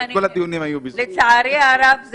קשה- - לצערי הרב,